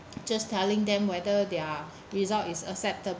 just telling them whether their result is acceptable